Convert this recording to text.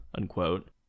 unquote